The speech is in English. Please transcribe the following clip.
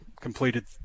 completed